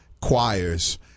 choirs